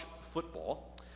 football